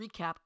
recap